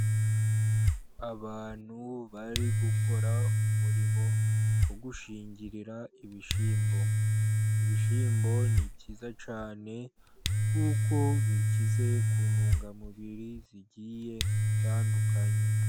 Abantu bari gukora umurimo wo gushingirira ibishyimbo. Ibishyimbo ni byiza cyane, kuko bikize ku ntungamubiri zigiye zitandukanye.